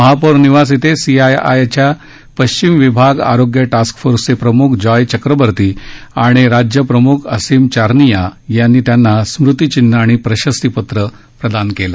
महापौर निवास इथं सीआयआय पश्चिम विभाग आरोग्य टास्क फोर्सचे प्रम्ख जॉय चक्रबर्ती आणि राज्य प्रम्ख असीम चारनीया यांनी त्यांना स्मृतिचिन्ह आणि प्रशस्तीपत्र प्रदान केलं